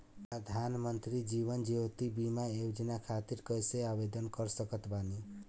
प्रधानमंत्री जीवन ज्योति बीमा योजना खातिर कैसे आवेदन कर सकत बानी?